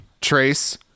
Trace